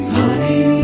honey